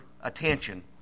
attention